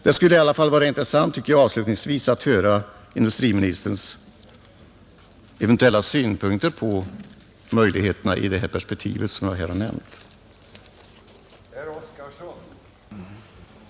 Avslutningsvis tycker jag det skulle vara intressant att höra industriministerns eventuella synpunkter på de frågor jag här har tagit upp.